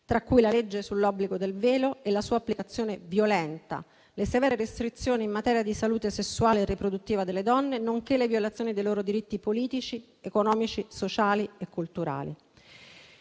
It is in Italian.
tra cui la legge sull'obbligo del velo e la sua applicazione violenta, le severe restrizioni in materia di salute sessuale e riproduttiva delle donne, nonché le violazioni dei loro diritti politici economici, sociali e culturali.